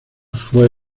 phoebe